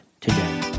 today